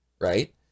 Right